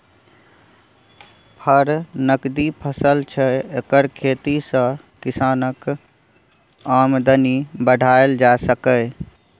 फर नकदी फसल छै एकर खेती सँ किसानक आमदनी बढ़ाएल जा सकैए